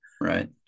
Right